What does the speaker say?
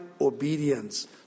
obedience